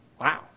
Wow